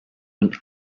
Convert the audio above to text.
und